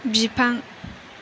बिफां